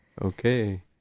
Okay